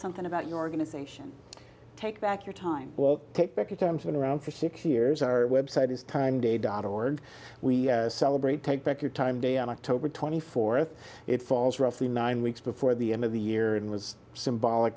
something about your organization take back your time all take back a campaign around for six years our website is time day dot org we celebrate take back your time day on october twenty fourth it falls roughly nine weeks before the end of the year and was symbolic